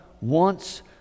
wants